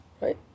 right